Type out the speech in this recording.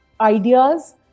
ideas